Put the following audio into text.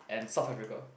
and South Africa